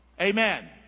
Amen